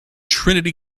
trinity